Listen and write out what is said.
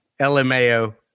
LMAO